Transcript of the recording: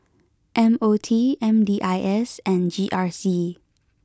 M O T M D I S and G R C